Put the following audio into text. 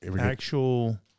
actual